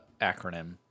acronym